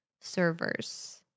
servers